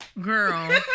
Girl